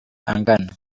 angana